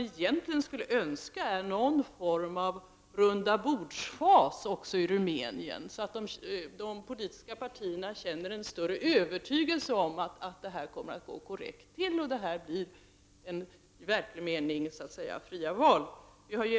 Egentligen skulle man önska någon form av rundabordsfas också i Rumänien, så att de politiska partierna känner en större övertygelse om att det kommer att gå korrekt till, så att det blir verkligt fria val.